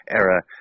era